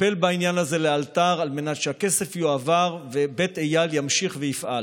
לטפל בעניין הזה לאלתר על מנת שהכסף יועבר ובית איל ימשיך ויפעל.